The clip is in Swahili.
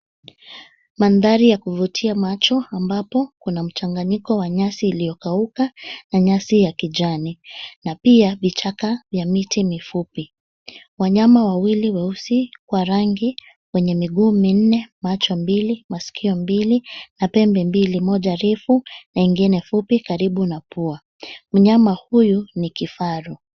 Mandhari ya kuvutia macho ambapo kuna mchanganyiko wa nyasi iliyokauka na nyasi ya kijani, na pia vichaka vya miti mifupi. Wanyama wawili weusi kwa rangi, wenye miguu minne, macho mbili, masikio mbili na pembe mbili; moja refu na ingine fupi karibu na pua. Mnyama huyu ni kifaru.